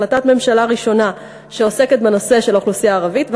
החלטת ממשלה ראשונה שעוסקת בנושא של אוכלוסייה ערבית,